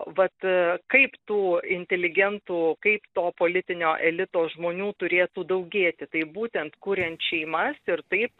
vat kaip tų inteligentų kaip to politinio elito žmonių turėtų daugėti tai būtent kuriant šeimas ir taip